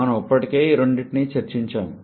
మనము ఇప్పటికే ఈ రెండిటి గురించి చర్చించాము